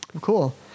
Cool